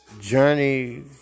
journey